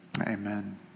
Amen